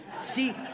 See